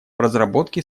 разработке